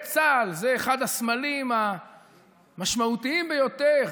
צה"ל זה אחד הסמלים המשמעותיים ביותר